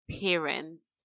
parents